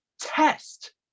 test